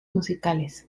musicales